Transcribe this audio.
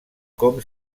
com